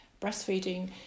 breastfeeding